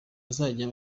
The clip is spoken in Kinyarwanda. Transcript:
uzajya